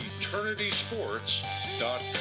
EternitySports.com